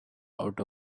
out